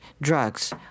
drugs